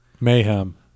Mayhem